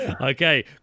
Okay